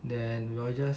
then we will just